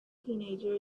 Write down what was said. teenager